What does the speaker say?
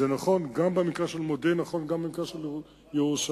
זה נכון גם במקרה של מודיעין וגם במקרה של ירושלים.